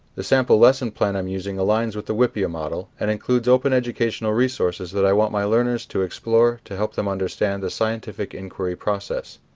the sample lesson plan i am using aligns with the wippea model and includes open educational resources that i want my learners to explore to help them understand the scientific inquiry process.